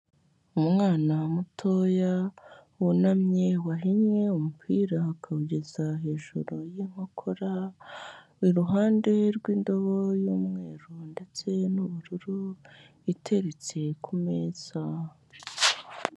Umwana mutoya wunamye, wahinnye umupira akawugeza hejuru y'inkokora, iruhande rw'indobo y'umweru ndetse n'ubururu iteretse ku meza.